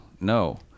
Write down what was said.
no